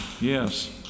Yes